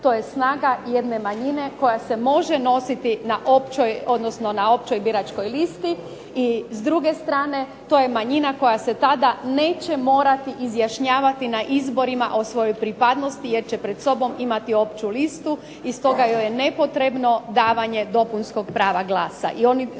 to je snaga jedne manjine koja se može nositi na općoj, odnosno na općoj biračkoj listi i s druge strane to je manjina koja se tada neće morati izjašnjavati na izborima o svojoj pripadnosti, jer će pred sobom imati opću listu, i stoga joj je nepotrebno davanje dopunskog prava glasa,